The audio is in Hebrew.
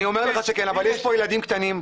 אני אומר לך שכן אבל יש כאן ילדים קטנים,